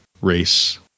race